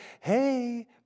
hey